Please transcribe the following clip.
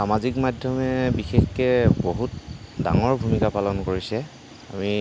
সামাজিক মাধ্যমে বিশেষকৈ বহুত ডাঙৰ ভূমিকা পালন কৰিছে আমি